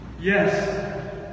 Yes